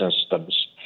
Systems